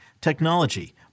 technology